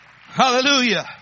Hallelujah